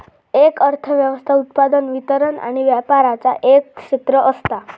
एक अर्थ व्यवस्था उत्पादन, वितरण आणि व्यापराचा एक क्षेत्र असता